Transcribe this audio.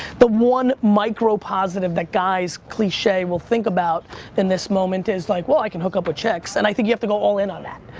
the one micropositive that guys cliche will think about in this moment is, like well, i can hook up with chicks, and i think you have to go all in on that.